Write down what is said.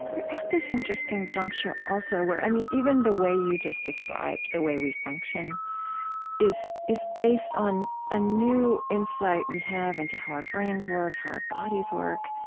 we're at this interesting juncture, also, where um even the way you just described the way we function is is based on a new insight we have into how our brains work, how our bodies work,